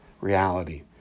reality